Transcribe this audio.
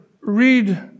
read